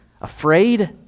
afraid